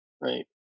right